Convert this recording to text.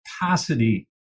capacity